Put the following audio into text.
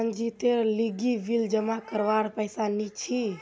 मनजीतेर लीगी बिल जमा करवार पैसा नि छी